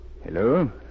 Hello